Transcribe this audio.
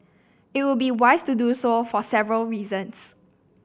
it would be wise to do so for several reasons